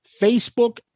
Facebook